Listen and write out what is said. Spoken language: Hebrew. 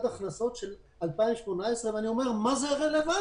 הכנסות של 2018. ואני שואל מה זה רלוונטי.